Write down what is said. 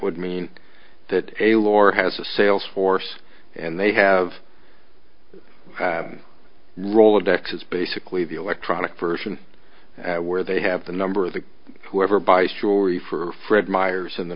would mean that a lore has a sales force and they have rolodexes basically the electronic version where they have the number of the whoever buys jewelry for fred meyers in the